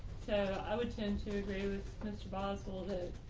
so i would tend to agree with mr. boswell that,